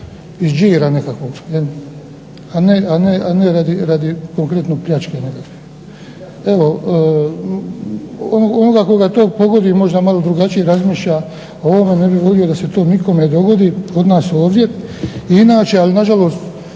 iz đira nekakvog, a ne radi konkretno pljačke nekakve. Evo, onoga koga to pogodi možda malo drugačije razmišlja o ovome. Ne bih volio da se to nikome dogodi od nas ovdje i inače, ali nažalost